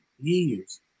years